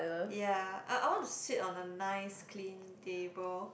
ya I I want to sit on a nice clean table